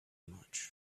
much